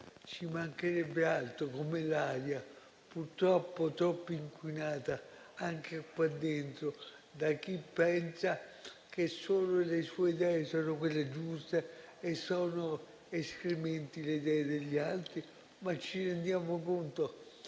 ci mancherebbe altro, come l'aria, purtroppo troppo inquinata, anche qua dentro, da chi pensa che solo le sue idee siano quelle giuste e sono escrementi le idee degli altri. Ma ci rendiamo conto